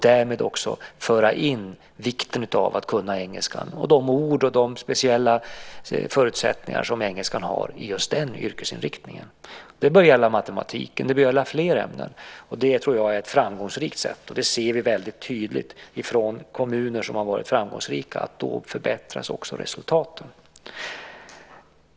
Därmed för man också in vikten av att kunna engelska, och de ord och de speciella förutsättningar som engelskan har i just den yrkesinriktningen. Det bör också gälla matematiken och fler ämnen. Jag tror att detta är ett framgångsrikt sätt, och det ser vi också tydligt i de kommuner som har varit framgångsrika. Då förbättras också resultaten.